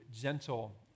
gentle